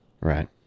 Right